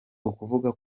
ukuvuga